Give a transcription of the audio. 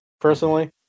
personally